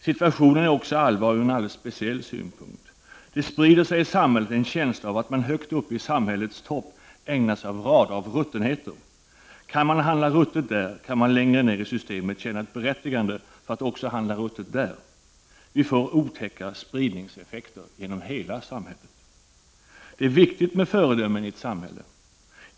Situationen är också allvarlig ur en alldeles speciell synpunkt: det sprider sig i samhället en känsla av att man högt upp i samhällets topp ägnar sig åt racer av ruttenheter. Kan man handla ruttet där, kan man längre ner i systemet känna ett berättigande för att också handla ruttet. Vi får otäcka spridningseffekter genom hela samhället. Det är viktigt med föredömen i ett samhälle.